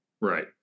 Right